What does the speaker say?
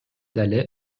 дале